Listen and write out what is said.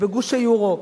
בגוש היורו.